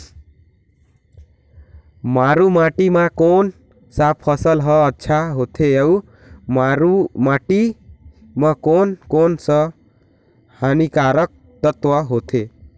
मारू माटी मां कोन सा फसल ह अच्छा होथे अउर माटी म कोन कोन स हानिकारक तत्व होथे?